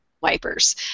wipers